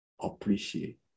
Appreciate